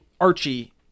Archie